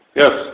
yes